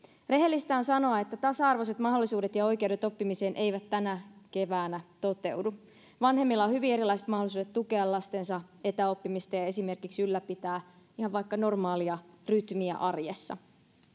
rehellistä on sanoa että tasa arvoiset mahdollisuudet ja oikeudet oppimiseen eivät tänä keväänä toteudu vanhemmilla on hyvin erilaiset mahdollisuudet tukea lastensa etäoppimista ja esimerkiksi ylläpitää ihan vaikka normaalia rytmiä arjessa